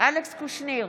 אלכס קושניר,